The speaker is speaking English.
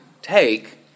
take